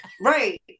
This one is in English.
Right